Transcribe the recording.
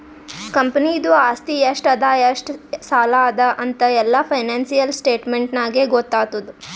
ಕಂಪನಿದು ಆಸ್ತಿ ಎಷ್ಟ ಅದಾ ಎಷ್ಟ ಸಾಲ ಅದಾ ಅಂತ್ ಎಲ್ಲಾ ಫೈನಾನ್ಸಿಯಲ್ ಸ್ಟೇಟ್ಮೆಂಟ್ ನಾಗೇ ಗೊತ್ತಾತುದ್